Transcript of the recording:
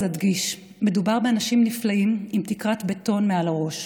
אז אדגיש: מדובר באנשים נפלאים עם תקרת בטון מעל הראש,